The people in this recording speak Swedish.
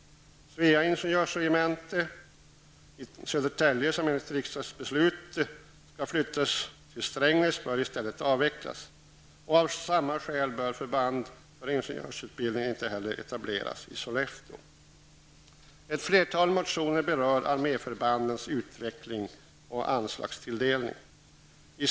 Svea ingenjörsregemente i Södertälje, som enligt riksdagens beslut skall flytta till Strängnäs, bör i stället avvecklas. Av samma skäl bör förband för ingenjörsutbildning inte heller etableras i Sollefteå. Ett flertal motioner berör arméförbandens utveckling och anslagstilldelning.